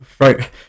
Right